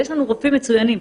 יש לנו רופאים מצוינים.